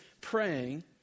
praying